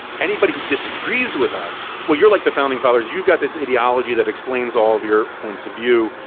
anybody who disagrees with us well, you're like the founding fathers. you've got this ideology that explains all of your points of view